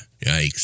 Yikes